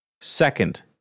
second